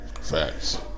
Facts